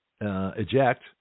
eject